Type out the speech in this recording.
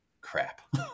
crap